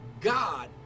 God